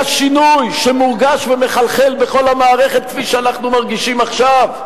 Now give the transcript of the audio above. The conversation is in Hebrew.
היה שינוי שמורגש ומחלחל בכל המערכת כפי שאנחנו מרגישים עכשיו?